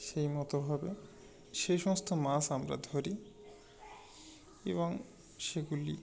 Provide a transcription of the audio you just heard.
সেই মতোভাবে সেই সমস্ত মাছ আমরা ধরি এবং সেগুলি